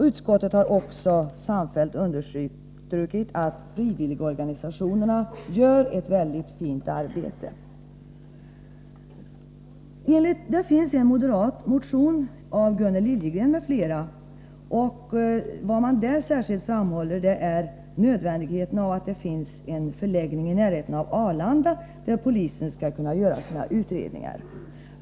Utskottet har också enhälligt understrukit att frivilligorganisationerna gör ett mycket fint arbete. Det finns en moderat motion av Gunnel Liljegren m.fl. Där framhålls Nr 140 särskilt nödvändigheten av en förläggning i närheten av Arlanda, där polisen Torsdagen den skall kunna göra sina utredningar.